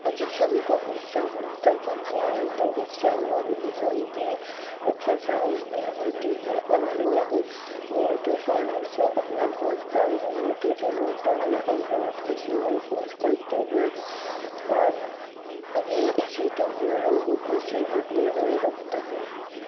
جسم کا حصہ ہلتا ڈلتا ہے تو اس سے ہمارے جسم کی اکسرسائز بھی ہوتی ہے اور لوگ بہت آسانی سے اپنے ہاتھ پیر ہلاتے ڈلاتے ہیں اور بہت خوشی محسوس کرتے ہیں اور یہ اسی طرح لوگوں کو صحت مند بھی رکھتا ہے